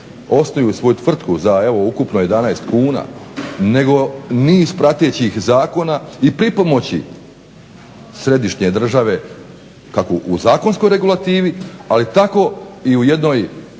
osnuju svoju tvrtku za evo ukupno 11 kuna nego niz pratećih zakona i pripomoći središnje države kako u zakonskoj regulativi ali tako u jednoj